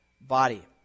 body